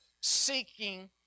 seeking